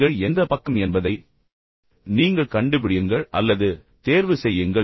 நீங்கள் எந்த பக்கம் என்பதை நீங்கள் நீங்கள் கண்டுபிடியுங்கள் அல்லது தேர்வு செய்யுங்கள்